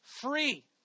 free